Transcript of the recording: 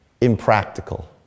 impractical